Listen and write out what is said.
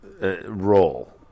role